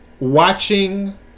Watching